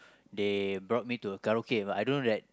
they brought me to Karaoke but I don't know that